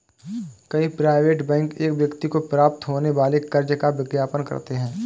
कई private bank एक व्यक्ति को प्राप्त होने वाले कर्ज का विज्ञापन करते हैं